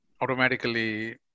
automatically